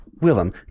Willem